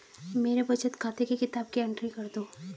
मेरे बचत खाते की किताब की एंट्री कर दो?